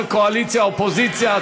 קואליציה אופוזיציה,